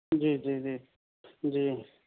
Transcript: جی جی جی جی